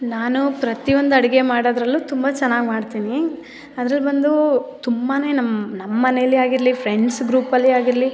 ನಾನು ಪ್ರತಿ ಒಂದು ಅಡಿಗೆ ಮಾಡದರಲ್ಲು ತುಂಬ ಚೆನ್ನಾಗಿ ಮಾಡ್ತೀನಿ ಅದ್ರಲ್ಲಿ ಬಂದು ತುಂಬಾ ನಮ್ಮ ನಮ್ಮನೇಲಿ ಆಗಿರಲಿ ಫ್ರೆಂಡ್ಸ್ ಗ್ರೂಪಲ್ಲಿ ಆಗಿರಲಿ